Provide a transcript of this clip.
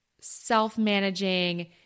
self-managing